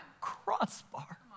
crossbar